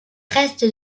restes